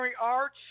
arts